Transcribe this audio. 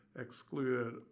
excluded